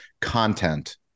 content